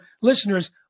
listeners